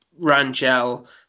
Rangel